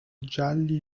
gialli